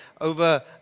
over